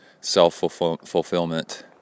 self-fulfillment